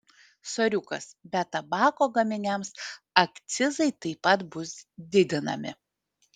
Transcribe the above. soriukas bet tabako gaminiams akcizai taip pat bus didinami